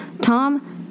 Tom